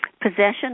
possession